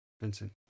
Vincent